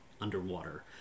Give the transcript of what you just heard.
underwater